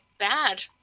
Bad